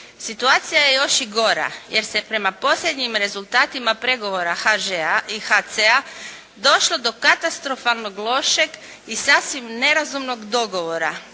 Situacija je još i gora jer se prema posljednjim rezultatima pregovora HŽ-a i HC-a došlo do katastrofalnog lošeg i sasvim nerazumnog dogovora